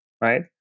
right